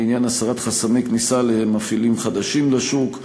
לעניין הסרת חסמי כניסה למפעילים חדשים בשוק,